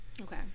Okay